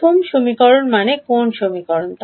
প্রথম সমীকরণ মানে কোন সমীকরণ